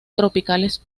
tropicales